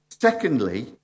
Secondly